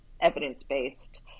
evidence-based